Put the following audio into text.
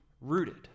rooted